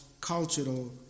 cultural